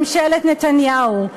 ממשלת נתניהו,